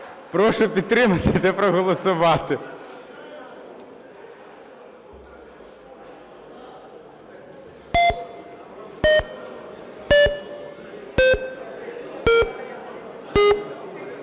Прошу підтримати та проголосувати.